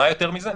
מה יותר מזה?